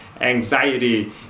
anxiety